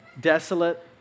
desolate